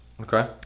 Okay